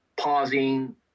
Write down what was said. Pausing